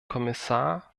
kommissar